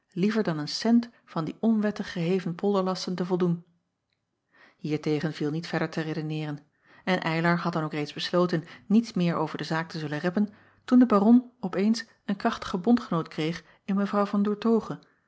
liever dan een cent van die onwettig geheven polderlasten te voldoen iertegen viel niet verder te redeneeren en ylar had dan ook reeds besloten niets meer over de zaak te zullen reppen toen de aron op eens een krachtigen bondgenoot kreeg in w an